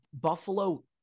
Buffalo